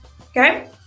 Okay